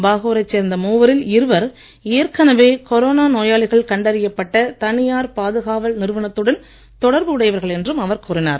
பாகூ ரைச் சேர்ந்த மூவரில் இருவர் ஏற்கனவே கொரோனா நோயாளிகள் கண்டறியப்பட்ட தனியார் பாதுகாவல் நிறுவனத்துடன் தொடர்பு உடையவர்கள் என்றும் அவர் கூறினார்